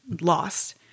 lost